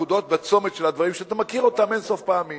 בצומת של הדברים שאתה מכיר אין-סוף פעמים,